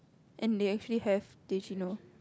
and they actually have teh cino